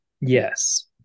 Yes